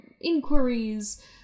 inquiries